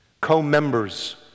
co-members